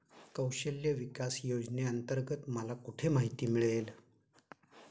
कौशल्य विकास योजनेअंतर्गत मला कुठे माहिती मिळेल?